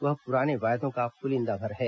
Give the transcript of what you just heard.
वह पुराने वायदों का पुलिंदा भर है